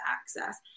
access